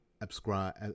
subscribe